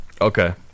Okay